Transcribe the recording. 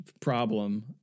problem